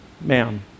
ma'am